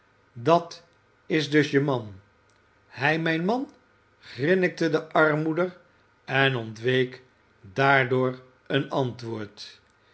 dat is dus je man hij mijn man grinnikte de armmoeder en ontweek daardoor een antwoord